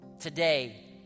Today